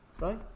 right